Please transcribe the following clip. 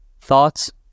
thoughts